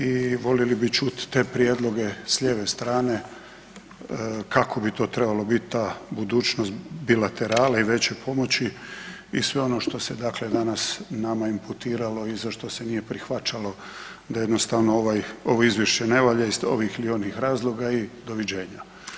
I voljeli bi čuti te prijedloge sa lijeve strane kako bi to trebalo biti ta budućnost bilaterale i veće pomoći i sve ono što se dakle danas nama imputiralo i za što se nije prihvaćalo, da jednostavno ovo izvješće ne valja iz ovih ili onih razloga i doviđenja.